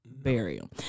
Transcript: Burial